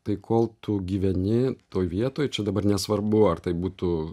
tai kol tu gyveni toj vietoj čia dabar nesvarbu ar tai būtų